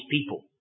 people